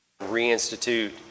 reinstitute